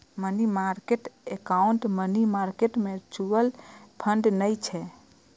money market account money market mutual fund नै छियै